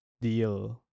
deal